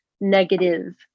negative